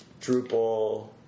Drupal